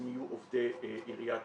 הם יהיו עובדי עיריית